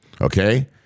okay